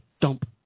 dump